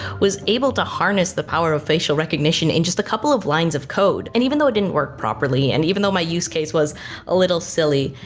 was able to harness the power of facial recognition in just a couple of lines of code. and even though it didn't work properly, and even though my use case was a little silly,